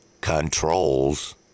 controls